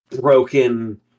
broken